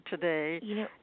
today